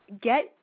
get